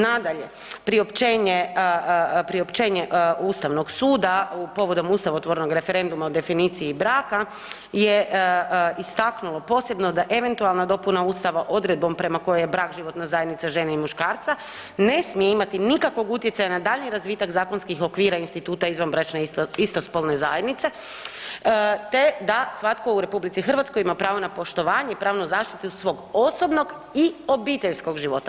Nadalje, priopćenje, priopćenje Ustavnog suda povodom ustavotvornog referenduma o definiciji braka je istaknulo posebno da eventualna dopuna Ustava odredbom prema kojoj je brak životna zajednica žene i muškarca ne smije imati nikakvog utjecaja na dalji razvitak zakonskih okvira instituta izvanbračne istospolne zajednice te da svatko u RH ima pravo na poštovanje, pravnu zaštitu svoj osobnog i obiteljskog života.